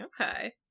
Okay